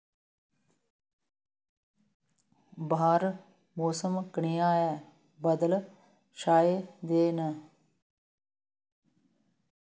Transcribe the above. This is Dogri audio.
बाह्र मौसम कनेहा ऐ बद्दल छाए दे न